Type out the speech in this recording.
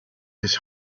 his